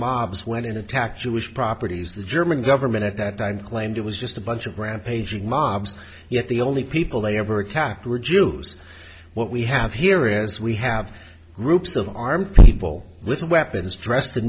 mobs went in attack jewish properties the german government at that time claimed it was just a bunch of rampaging mobs and yet the only people they ever attacked were jews what we have here as we have groups of armed people with weapons dressed